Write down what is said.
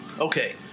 Okay